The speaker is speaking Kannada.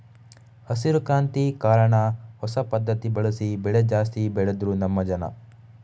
ಹಸಿರು ಕ್ರಾಂತಿ ಕಾರಣ ಹೊಸ ಪದ್ಧತಿ ಬಳಸಿ ಬೆಳೆ ಜಾಸ್ತಿ ಬೆಳೆದ್ರು ನಮ್ಮ ಜನ